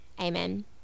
amen